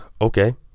okay